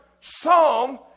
Psalm